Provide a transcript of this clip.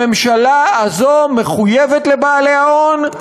הממשלה הזאת מחויבת לבעלי ההון,